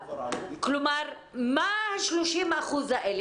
כלומר, מה ה-30% האלה?